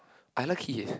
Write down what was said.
I like it eh